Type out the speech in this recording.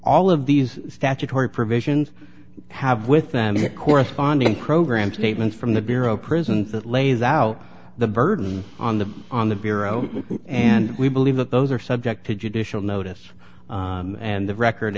all of these statutory provisions have with them a corresponding program statement from the bureau of prisons that lays out the burden on the on the bureau and we believe that those are subject to judicial notice and the record